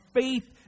faith